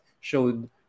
showed